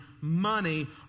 money